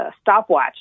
stopwatch